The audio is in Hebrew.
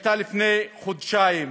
שהייתה לפני חודשיים,